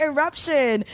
Eruption